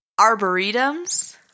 arboretums